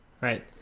right